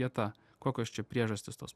vieta kokios čia priežastys tos